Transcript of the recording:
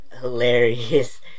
hilarious